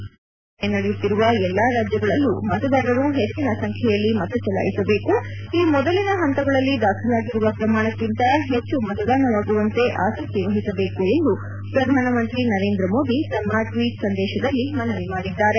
ಈ ಹಂತದಲ್ಲಿ ಚುನಾವಣೆ ನಡೆಯುತ್ತಿರುವ ಎಲ್ಲಾ ರಾಜ್ಯಗಳಲ್ಲೂ ಮತದಾರರು ಹೆಚ್ಚಿನ ಸಂಖ್ಯೆಯಲ್ಲಿ ಮತಚಲಾಯಿಸಬೇಕು ಈ ಮೊದಲಿನ ಹಂತಗಳಲ್ಲಿ ದಾಖಲಾಗಿರುವ ಪ್ರಮಾಣಕ್ಕಿಂತ ಹೆಚ್ಚು ಮತದಾನವಾಗುವಂತೆ ಆಸಕ್ತಿ ವಹಿಸಬೇಕು ಎಂದು ಪ್ರಧಾನಮಂತ್ರಿ ನರೇಂದ್ರ ಮೋದಿ ತಮ್ಮ ಟ್ಲಿಟರ್ ಸಂದೇಶದಲ್ಲಿ ಮನವಿ ಮಾಡಿಕೊಂಡಿದ್ದಾರೆ